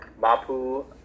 Mapu